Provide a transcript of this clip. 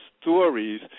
stories